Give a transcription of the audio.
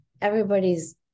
everybody's